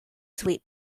sweet